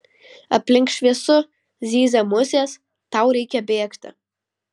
aplink šviesu zyzia musės tau reikia bėgti